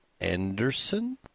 Anderson